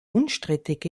unstrittig